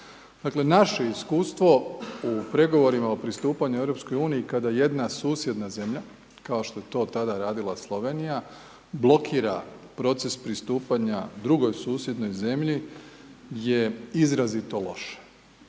naše iskustvo u pregovorima o pristupanju EU, kada jedna susjedna zemlja, kao što je to tada radila Slovenija, blokira proces pristupanja drugoj susjednoj zemlji je izrazito loša.